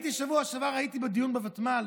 בשבוע שעבר הייתי בדיון בוותמ"ל